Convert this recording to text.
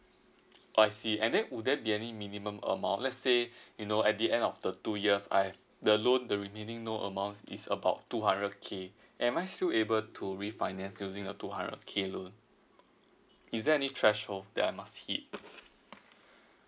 I see and then would that be any minimum amount let's say you know at the end of the two years I the loan the remaining loan amounts is about two hundred K am I still able to refinance using a two hundred K loan is there any threshold that I must hit